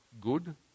good